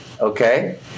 okay